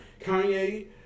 Kanye